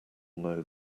know